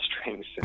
strings